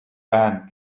байна